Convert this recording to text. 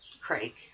craig